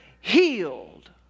healed